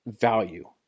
value